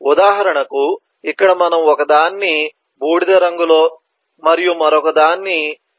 ఉదాహరణకు ఇక్కడ మనం ఒకదాన్ని బూడిద రంగులో మరియు మరొకటి గోధుమ రంగులో చూడవచ్చు